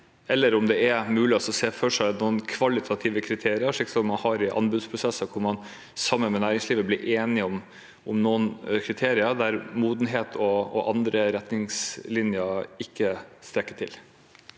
og er det mulig å se for seg noen kvalitative kriterier, slik man har i anbudsprosesser, hvor man sammen med næringslivet blir enige om noen kriterier der modenhet og andre retningslinjer ikke strekker til?